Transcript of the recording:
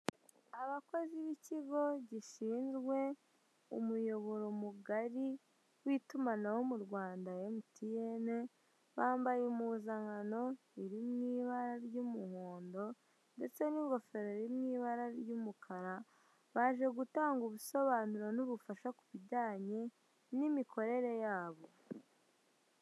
Abakozi b'ikigo gishinzwe umuyoboro mugari w'itumanaho mu rwanda mtn bambaye impuzankano iri mwibara ry'umuhondo ndetse n'ingoferoro z'ibara ry'umukara baje gutanga ubusobanuro n'ubufasha ku bijyanye n'imikorere yabo.